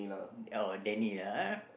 oh Danny lah ah